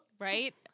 Right